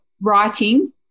writing